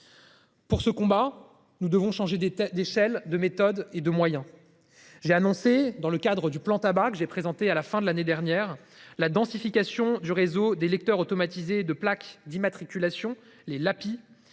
Pour ce combat, nous devons changer d'état d'échelle de méthode et de moyens. J'ai annoncé dans le cadre du plan ta que j'ai présenté à la fin de l'année dernière la densification du réseau des Lecteurs automatisés de plaques d'immatriculation les Lapie